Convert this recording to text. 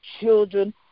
children